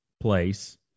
place